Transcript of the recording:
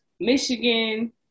Michigan